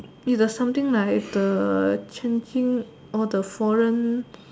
is the something like the changing or the foreign